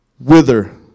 Whither